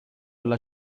alla